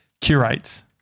Curates